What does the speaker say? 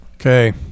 Okay